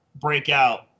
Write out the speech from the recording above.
breakout